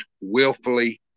willfully